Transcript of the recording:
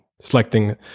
selecting